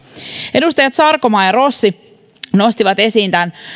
edustajat sarkomaa ja rossi nostivat esiin